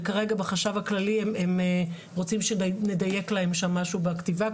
וכרגע בחשב הכללי הם רוצים שנדייק להם שם משהו בכתיבה,